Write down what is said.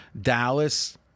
Dallas